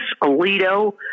Alito